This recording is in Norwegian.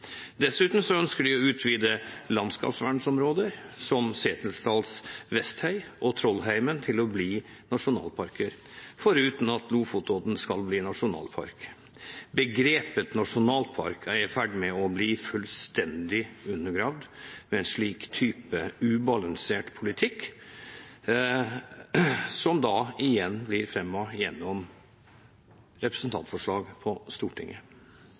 Trollheimen til å bli nasjonalparker, foruten at Lofotodden skal bli nasjonalpark. Begrepet «nasjonalpark» er i ferd med å bli fullstendig undergravd med en slik type ubalansert politikk, som blir fremmet gjennom representantforslag på Stortinget.